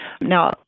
Now